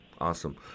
Awesome